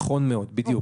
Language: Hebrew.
נכון מאוד, בדיוק.